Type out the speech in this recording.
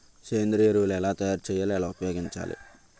సేంద్రీయ ఎరువులు ఎలా తయారు చేయాలి? ఎలా ఉపయోగించాలీ?